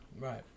Right